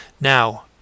Now